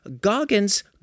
Goggins